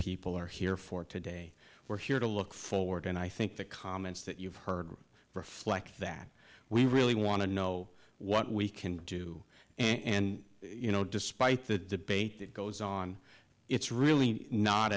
people are here for today we're here to look forward and i think the comments that you've heard reflect that we really want to know what we can do and you know despite the debate that goes on it's really not